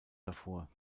davor